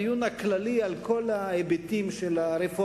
בדיון הכללי על כל ההיבטים של הרפורמה.